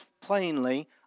plainly